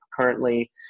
currently